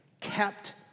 kept